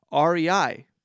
REI